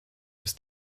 ist